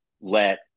let